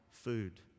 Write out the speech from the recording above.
Food